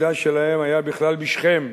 בית-המקדש שלהם היה בכלל בשכם.